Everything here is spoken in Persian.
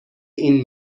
این